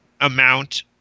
amount